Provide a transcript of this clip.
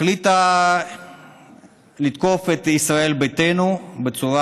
החליטה לתקוף את ישראל ביתנו בצורה